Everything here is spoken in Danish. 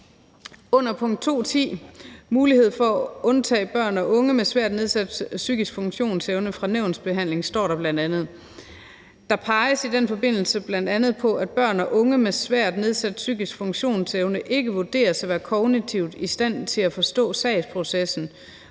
Under punkt 2.10, mulighed for at undtage børn og unge med svært nedsat psykisk funktionsevne fra nævnsbehandling, står der bl.a.: »Der peges i den forbindelse bl.a. på, at børn og unge med svært nedsat psykisk funktionsevne ikke vurderes at være kognitivt i stand til at forstå sagsprocessen,